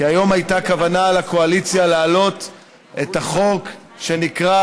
כי היום הייתה כוונה לקואליציה להעלות את החוק שנקרא,